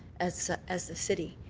as as the city.